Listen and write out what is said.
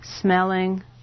smelling